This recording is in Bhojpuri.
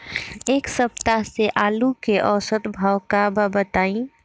एक सप्ताह से आलू के औसत भाव का बा बताई?